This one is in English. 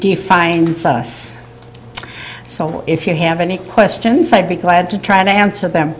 defines us so if you have any questions i'd be glad to try to answer them